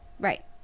right